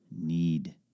need